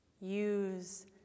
Use